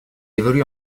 évolue